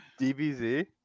DBZ